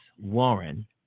Warren